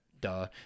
Duh